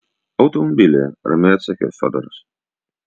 automobilyje ramiai atsakė fiodoras